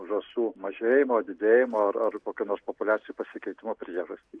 žąsų mažėjimo didėjimo ar ar kokių nors populiacijų pasikeitimo priežastys